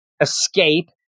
escape